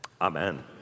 amen